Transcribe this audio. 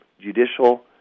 judicial